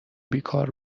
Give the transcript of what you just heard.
بیکار